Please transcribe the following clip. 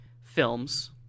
films